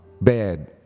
bad